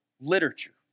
literature